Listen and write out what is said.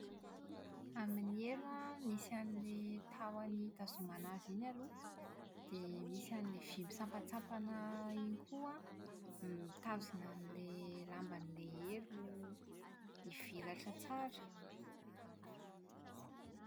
Amin'ny elo an, misy an'ilay tahony hitazomana azy iny aloha, dia misy an'ilay vy misampantsampana iny koa an, mitazona an'ilay lamban'ilay elo hivelatra tsara.